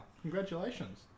Congratulations